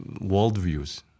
worldviews